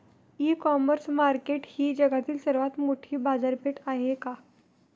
इ commerce market ही जगातील सर्वात मोठी बाजारपेठ आहे का?